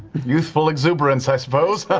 youthful exuberance, i suppose.